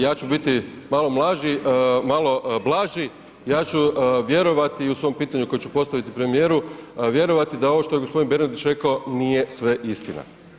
Ja ću biti malo blaži, ja ću vjerovati, u svom pitanju koje ću postaviti premijeru, vjerovati da ovo što je gospodin Bernardić rekao nije sve istina.